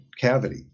cavity